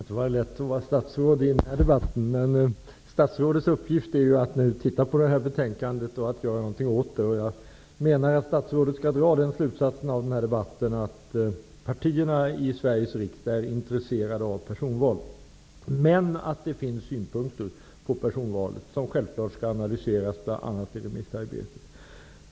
Herr talman! Det kan inte vara lätt att vara statsråd i den här debatten. Men statsrådets uppgift nu är att studera betänkandet i den här frågan och att göra någonting åt det. Jag menar att statsrådet av denna debatt skall dra slutsatsen att partierna i Sveriges riksdag är intresserade av personval, men att det finns synpunkter när det gäller personval, vilka självfallet skall analyseras bl.a. vid remissarbetet.